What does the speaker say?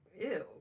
ew